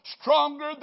Stronger